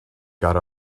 got